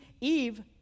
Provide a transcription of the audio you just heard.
Eve